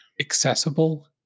accessible